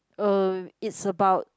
uh it's about